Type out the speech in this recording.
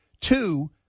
Two